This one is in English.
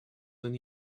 than